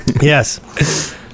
Yes